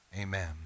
Amen